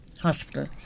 Hospital